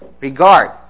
regard